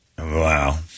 Wow